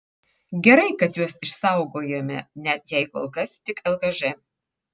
gerai kad juos išsaugojome net jei kol kas tik lkž